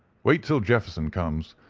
wait till jefferson comes,